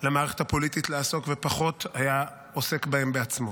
למערכת הפוליטית לעסוק ופחות היה עוסק בהם בעצמו,